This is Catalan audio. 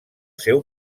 seu